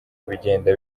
bigenda